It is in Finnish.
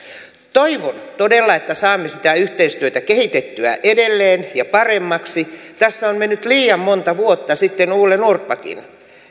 toivon todella että saamme sitä yhteistyötä kehitettyä edelleen ja paremmaksi tässä on mennyt liian monta vuotta sitten ole norrbackin